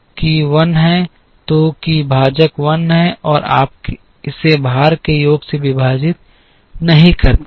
तो कि भाजक 1 है और आप इसे भार के योग से विभाजित नहीं करते हैं